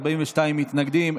42 מתנגדים,